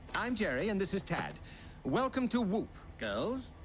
i'm jerry and this is tad welcome to whoop goes